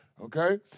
okay